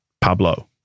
Pablo